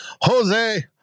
Jose